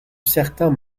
certains